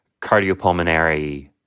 cardiopulmonary